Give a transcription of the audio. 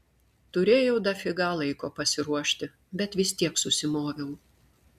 turėjau dafiga laiko pasiruošti bet vis tiek susimoviau